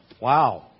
Wow